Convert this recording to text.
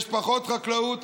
יש פחות חקלאות,